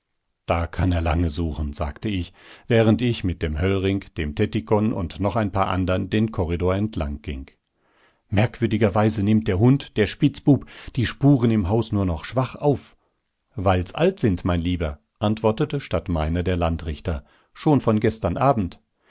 da kann er lange suchen sagte ich während ich mit dem höllring dem tettikon und noch ein paar andern den korridor entlang ging merkwürdigerweise nimmt der hund der spitzbub die spuren im haus nur noch schwach auf weil's alt sind mein lieber antwortete statt meiner der landrichter schon von gestern abend